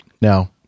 Now